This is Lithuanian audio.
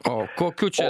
o kokiu čia